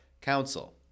Council